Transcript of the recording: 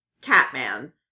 Catman